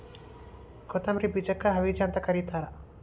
ಕೊತ್ತಂಬ್ರಿ ಬೇಜಕ್ಕ ಹವಿಜಾ ಅಂತ ಕರಿತಾರ